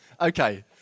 okay